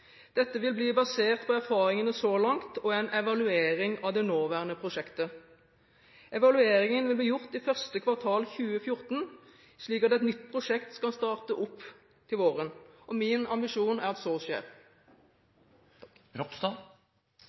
Dette vil bli basert på erfaringene så langt og en evaluering av det nåværende prosjektet. Evalueringen vil bli gjort i første kvartal 2014, slik at et nytt prosjekt kan starte opp til våren. Min ambisjon er at så skjer.